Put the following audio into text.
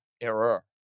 error